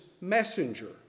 messenger